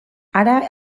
hara